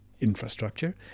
infrastructure